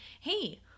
hey